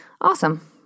Awesome